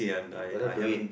you better do it